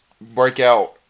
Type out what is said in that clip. Breakout